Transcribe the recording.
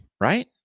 right